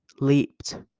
leaped